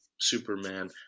Superman